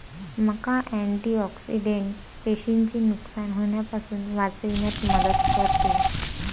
मका अँटिऑक्सिडेंट पेशींचे नुकसान होण्यापासून वाचविण्यात मदत करते